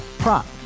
prop